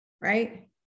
right